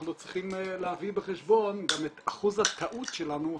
אז אנחנו צריכים להביא בחשבון גם את אחוז הטעות שלנו,